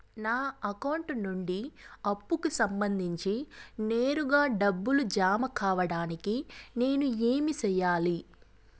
నా అకౌంట్ నుండి అప్పుకి సంబంధించి నేరుగా డబ్బులు జామ కావడానికి నేను ఏమి సెయ్యాలి?